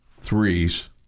Threes